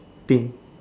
pink